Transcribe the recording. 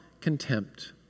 contempt